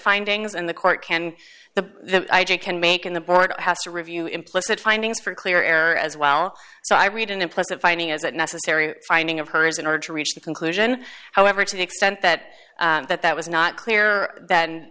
findings in the court can the can make in the board has to review implicit findings for clear air as well so i read an implicit finding is that necessary finding of hers in order to reach the conclusion however to the extent that that that was not clear th